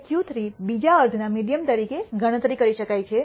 અને Q3 બીજા અર્ધના મીડીઅન તરીકે ગણતરી કરી શકાય છે